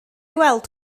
weld